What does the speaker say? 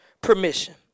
permission